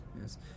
Yes